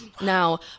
Now